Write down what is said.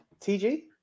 TG